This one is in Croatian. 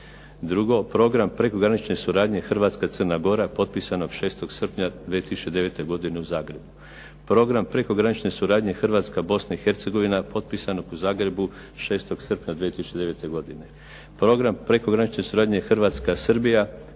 drugo Program prekogranične suradnje Hrvatska Crna Gora potpisanog 6. srpnja 2009. godine u Zagrebu, Program prekogranične suradnje Hrvatska Bosna i Hercegovina potpisanog u Zagrebu 6. srpnja 2009. godine, Program prekogranične suradnje Hrvatska Srbija